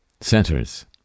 centers